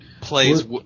plays